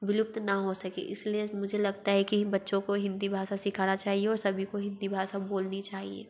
विलुप्त ना हो सके इस लिए मुझे लगता है कि बच्चों को हिन्दी भाषा सिखाना चाहिए और सभी को हिन्दी भाषा बोलनी चाहिए